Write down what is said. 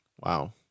Wow